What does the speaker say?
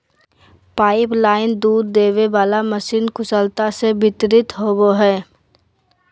pipeline दूध देबे वाला मशीन कुशलता से वितरित होबो हइ